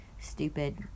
stupid